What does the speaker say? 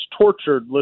tortured